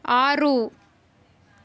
ఆరు